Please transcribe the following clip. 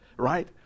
right